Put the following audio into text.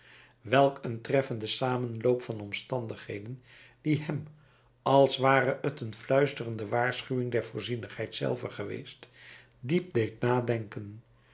een treffende samenloop van omstandigheden die hem als ware t een fluisterende waarschuwing der voorzienigheid zelve geweest diep deed nadenken